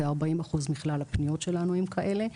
כ-40% מכלל הפניות שלנו הן כאלה,